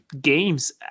games